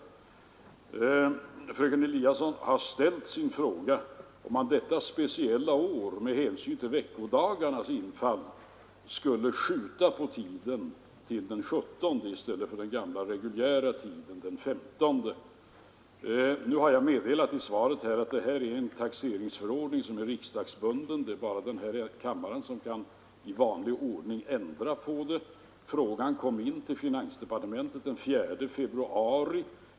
Fröken Eliasson har ställt en fråga om huruvida man detta år, med hänsyn till veckodagarnas placering, skulle skjuta den sista dagen för inlämnande av självdeklaration till den 17 från den gamla reguljära tidpunkten den 15 februari. Nu har jag i mitt svar meddelat att taxeringsförordningen är en riksdagsbunden författning. Det är bara kammaren som i vanlig ordning kan ändra den. Frågan kom in till finansdepartementet den 4 februari.